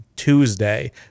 Tuesday